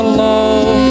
love